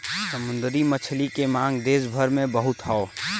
समुंदरी मछली के मांग देस भर में बहुत हौ